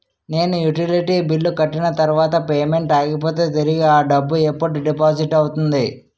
నేను utility bill కట్టిన తర్వాత పేమెంట్ ఆగిపోతే తిరిగి అ డబ్బు ఎప్పుడు డిపాజిట్ అవుతుంది?